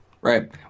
Right